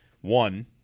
one